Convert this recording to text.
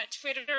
Twitter